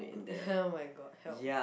the hell oh-my-god help